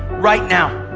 right now.